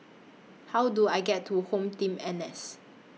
How Do I get to HomeTeam N S